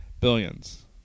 billions